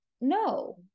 no